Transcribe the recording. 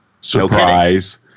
surprise